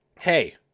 Hey